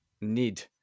need